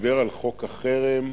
ודיבר על חוק החרם.